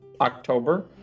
October